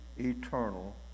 Eternal